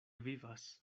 vivas